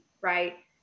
right